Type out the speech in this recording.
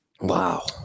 Wow